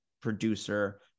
producer